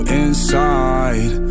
inside